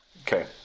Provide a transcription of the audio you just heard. Okay